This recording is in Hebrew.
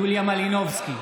יוליה מלינובסקי,